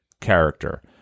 character